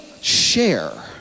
share